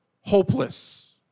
hopeless